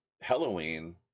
Halloween